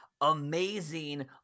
amazing